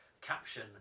caption